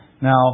Now